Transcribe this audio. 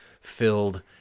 filled